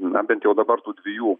na bent jau dabar tų dvejų